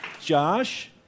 Josh